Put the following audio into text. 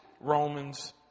Romans